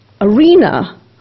arena